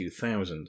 2000